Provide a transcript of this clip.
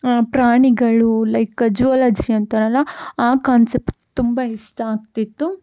ಪ್ರಾಣಿಗಳು like zoology ಅಂತಾರಲ್ಲ ಆ ಕಾನ್ಸೆಪ್ ತುಂಬ ಇಷ್ಟ ಆಗ್ತಿತ್ತು